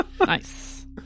Nice